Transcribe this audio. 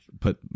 put